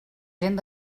gent